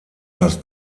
das